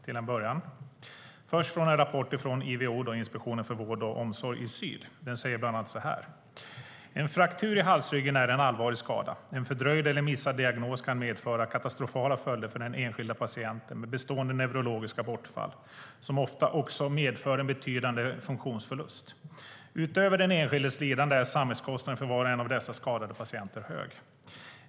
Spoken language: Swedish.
Det är först från en rapport från Ivo, Inspektionen för vård och omsorg, avdelning syd. Där säger man bland annat: En fraktur i halsryggen är en allvarlig skada. En fördröjd eller missad diagnos kan medföra katastrofala följder för den enskilda patienten med bestående neurologiska bortfall, som ofta också medför en betydande funktionsförlust. Utöver den enskildes lidande är samhällskostnaden för var en och av dessa skadade patienter hög.